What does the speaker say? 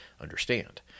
understand